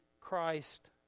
Christ